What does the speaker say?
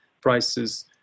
prices